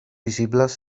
visibles